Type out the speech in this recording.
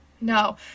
No